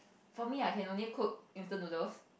for me I can only cook instant noodles